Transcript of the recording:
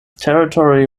territory